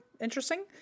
interesting